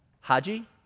Haji